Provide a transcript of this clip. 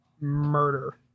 murder